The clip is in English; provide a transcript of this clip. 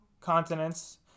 continents